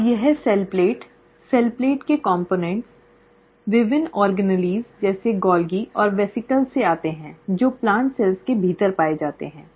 अब यह cell plate cell plate के घटक विभिन्न ऑर्गेनीली जैसे गोल्गी और वेसिकल से आते हैं जो प्लांट सेल्स के भीतर पाए जाते हैं